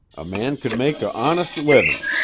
a man could make a honest livin'.